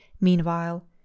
Meanwhile